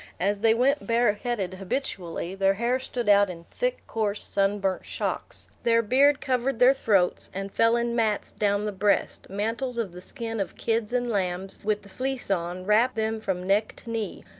as they went bareheaded habitually, their hair stood out in thick, coarse, sunburnt shocks their beard covered their throats, and fell in mats down the breast mantles of the skin of kids and lambs, with the fleece on, wrapped them from neck to knee,